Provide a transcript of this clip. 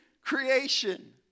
creation